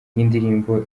y’indirimbo